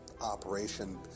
operation